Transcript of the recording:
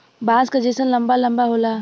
बाँस क जैसन लंबा लम्बा होला